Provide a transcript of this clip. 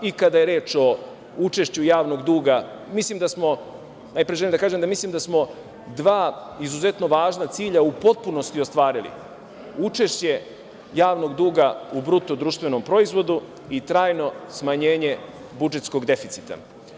I kada je reč o učešću javnog duga, najpre želim da kažem da mislim da smo dva izuzetno važna cilja u potpunosti ostvarili, učešće javnog duga i BDP-u i trajno smanjenje budžetskog deficita.